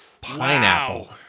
Pineapple